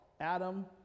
Adam